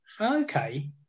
Okay